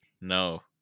No